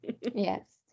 Yes